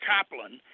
Kaplan –